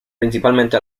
principalmente